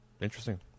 Interesting